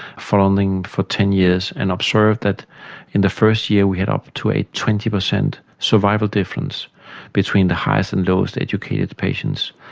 following them for ten years, and observed that in the first year we had up to a twenty percent survival difference between the highest and lowest educated patients,